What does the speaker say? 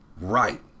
Right